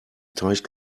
teich